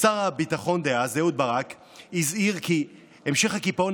שר הביטחון דאז אהוד ברק הזהיר כי המשך הקיפאון